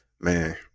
Man